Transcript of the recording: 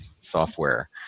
software